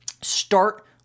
start